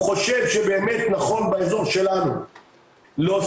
הוא חושב שבאמת נכון באזור שלנו להוסיף